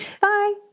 bye